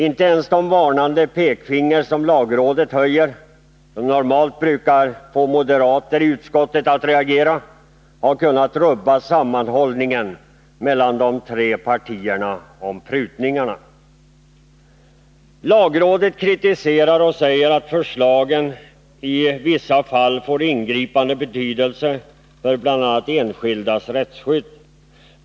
Inte ens det varnande pekfinger som lagrådet höjer — som normalt brukar få moderaterna i utskottet att reagera — har kunnat rubba sammanhållningen mellan de tre partierna om prutningarna. Lagrådet kritiserar och säger att förslagen i vissa fall får ingripande betydelse för bl.a. enskildas rättsskydd.